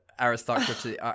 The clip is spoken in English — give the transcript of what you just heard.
Aristocracy